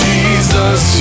Jesus